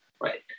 Right